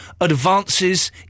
advances